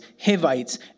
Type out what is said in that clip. Hivites